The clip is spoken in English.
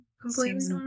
completely